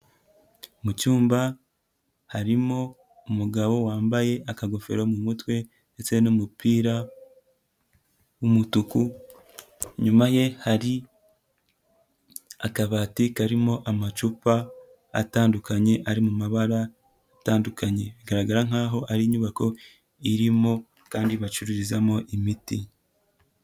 Mu cyumba harimo umugabo wambaye akagofero mu mutwe ndetse n'umupira w'umutuku, inyuma ye hari akabati karimo amacupa atandukanye, ari mu mabara atandukanye, bigaragara nkaho ari inyubako irimo kandi bacururizamo imiti.